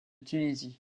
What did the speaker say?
tunisie